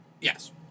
Yes